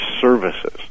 services